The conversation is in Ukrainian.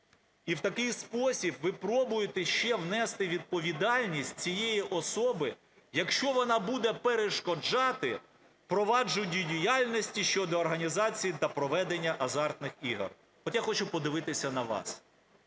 І в такий спосіб ви пробуєте ще внести відповідальність цієї особи, якщо вона буде перешкоджати провадженню діяльності щодо організації та проведення азартних ігор. От я хочу подивитися на вас,